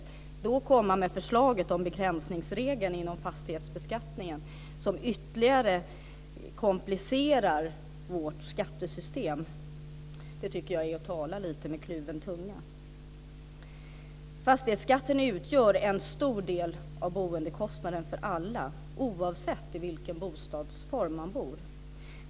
Att då komma med förslaget om begränsningsregel inom fastighetsbeskattningen som ytterligare komplicerar vårt skattesystem tycker jag är att tala med kluven tunga. Fastighetsskatten utgör en stor del av boendekostnaden för alla, oavsett vilken bostadsform man bor i.